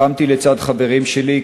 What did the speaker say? לחמתי לצד חברים שלי,